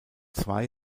zwei